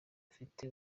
dufite